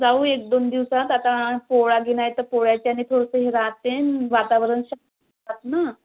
जाऊ एक दोन दिवसात आता पोळा गेला आहे तर पोळ्याच्यामुळे थोडंसं हे राहते वातावरण ना